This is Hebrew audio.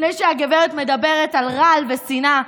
לפני שהגברת מדברת על רעל ושנאה,